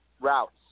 routes